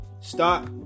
Stop